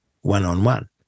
one-on-one